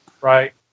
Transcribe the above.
right